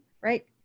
right